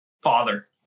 father